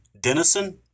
Denison